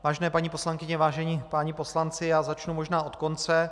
Vážené paní poslankyně, vážení páni poslanci, začnu možná od konce.